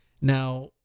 Now